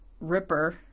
Ripper